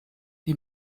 die